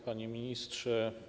Panie Ministrze!